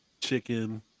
chicken